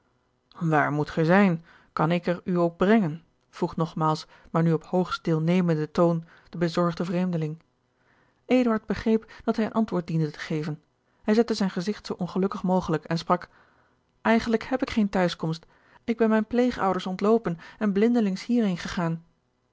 waar moet gij zijn kan ik er u ook brengen vroeg nogmaals maar nu op hoogst deelnemenden toon de bezorgde vreemdeling eduard begreep dat hij een antwoord diende te geven hij zette zijn gezigt zoo ongelukkig mogelijk en sprak eigenlijk heb ik geene tehuiskomst ik ben mijn pleegouders ontloopen en blindelings hier heen gegaan